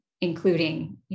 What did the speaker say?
including